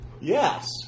Yes